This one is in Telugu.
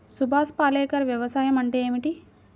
సుభాష్ పాలేకర్ వ్యవసాయం అంటే ఏమిటీ?